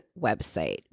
website